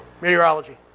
Meteorology